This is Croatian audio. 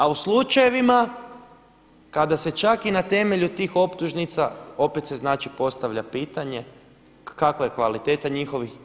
A u slučajevima kada se čak i na temelju tih optužnica, opet se znači postavlja pitanje kakva je kvaliteta njihovih.